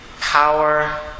power